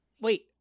wait